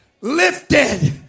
lifted